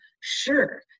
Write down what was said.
sure